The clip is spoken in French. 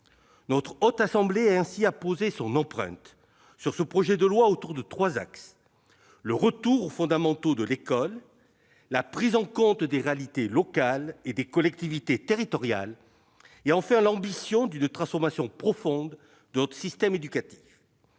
La Haute Assemblée a ainsi apposé son empreinte sur ce projet de loi, autour de trois axes : le retour aux fondamentaux de l'école, la prise en compte des réalités locales et des collectivités territoriales et, enfin, l'ambition d'une transformation profonde de notre système éducatif.